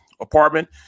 apartment